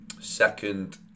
second